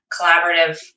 collaborative